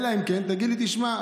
אלא אם כן תגיד לי: תשמע,